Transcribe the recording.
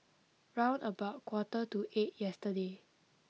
round about quarter to eight yesterday